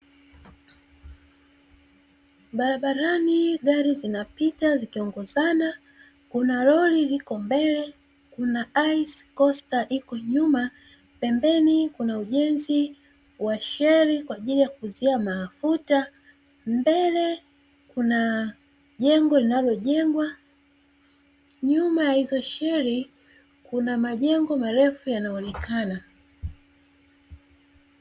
Barabarani gari zinapita zikiongozana kuna lori liko mbele kuna ise ,kosta iko nyuma pembeni kuna ujenzi wa sheri kwa ajili ya kuzuia mafuta, mbele kuna jengo linalojengwa nyuma ya hizo sheri kuna majengo marefu yanayoonekana.